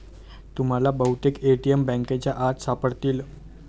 तुम्हाला बहुतेक ए.टी.एम बँकांच्या आत सापडतील